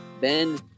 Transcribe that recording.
Ben